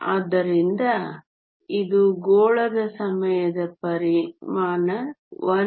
ಆದ್ದರಿಂದ ಇದು ಗೋಳದ ಸಮಯದ ಪರಿಮಾಣ 18th